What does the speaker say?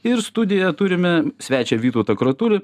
ir studijoje turime svečią vytautą kratulį